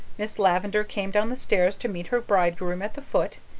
miss lavendar came down the stairs to meet her bridegroom at the foot,